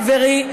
חברי,